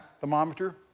thermometer